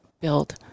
build